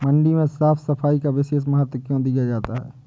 मंडी में साफ सफाई का विशेष महत्व क्यो दिया जाता है?